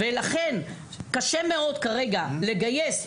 ולכן קשה מאוד כרגע לגייס,